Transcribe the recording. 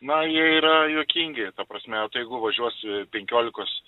na jie yra juokingi ta prasme tai jeigu važiuosi penkiolikos